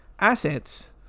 assets